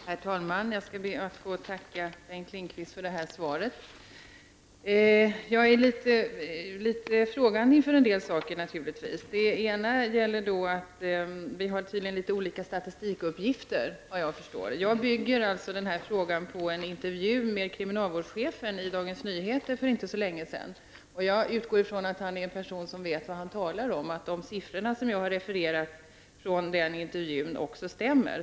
Herr talman! Jag ber att få tacka Bengt Lindqvist för det här svaret. Jag ställer mig frågande till en del saker. Det ena är att vi tydligen har litet olika statistikuppgifter. Jag bygger denna fråga på en intervju i Dagens Nyheter för inte så länge sedan med kriminalvårdschefen. Jag utgår från att han är en person som vet vad han talar om och att de siffror som jag refererat från den intervjun är riktiga.